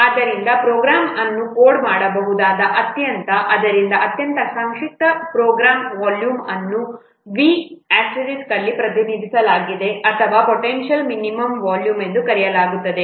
ಆದ್ದರಿಂದ ಪ್ರೋಗ್ರಾಂ ಅನ್ನು ಕೋಡ್ ಮಾಡಬಹುದಾದ ಅತ್ಯಂತ ಆದ್ದರಿಂದ ಅತ್ಯಂತ ಸಂಕ್ಷಿಪ್ತ ಪ್ರೋಗ್ರಾಂನ ವಾಲ್ಯೂಮ್ ಅನ್ನು V ಅಲ್ಲಿ ಪ್ರತಿನಿಧಿಸಲಾಗುತ್ತದೆ ಅಥವಾ ಪೊಟೆನ್ಷಿಯಲ್ ಮಿನಿಮಂ ವಾಲ್ಯೂಮ್ ಎಂದು ಕರೆಯಲಾಗುತ್ತದೆ